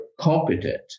competent